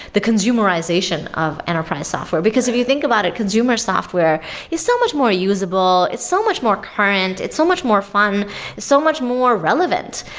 the consumerization of enterprise software. because if you think about it, consumer software is so much more usable. it's so much more current. it's so much more fun. it's so much more relevant,